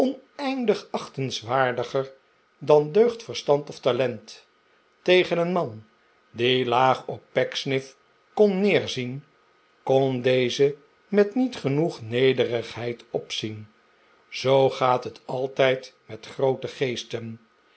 oneindig achtenswaardiger dan deugd verstand of talent tegen een man die laag op pecksniff kon neerzien kon deze met niet genoeg nederigheid opzien zoo gaat het altijd met groote geesten